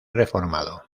reformado